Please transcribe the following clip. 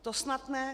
To snad ne.